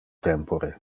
tempore